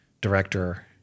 director